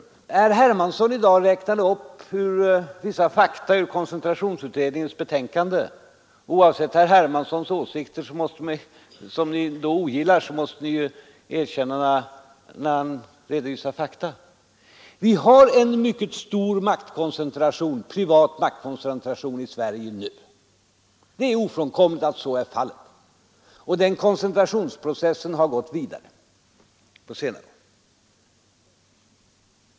Herr Hermansson räknade i dag upp vissa fakta ur koncentrationsutredningens betänkande, och oavsett om ni ogillar herr Hermanssons åsikter måste ni erkänna att de fakta han redovisar är riktiga. Vi har en mycket stor privat maktkoncentration i Sverige nu. Man kan inte komma ifrån att så är 135 fallet, och den koncentrationsprocessen har gått vidare på senare år.